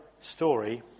story